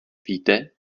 víte